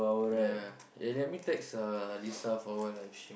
ya eh let me text uh Lisa for a while ah if she